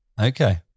Okay